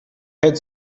had